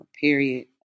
period